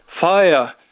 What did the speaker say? fire